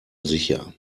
sicher